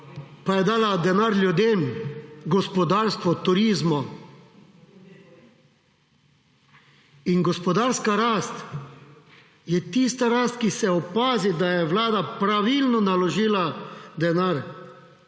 pa je dala denar ljudem, gospodarstvu, turizmu. In gospodarska rast je tista rast, ki se opazi, da je vlada pravilno naložila denar.